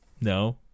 No